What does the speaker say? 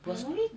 personally